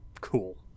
cool